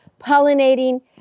pollinating